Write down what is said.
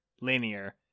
linear